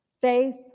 Faith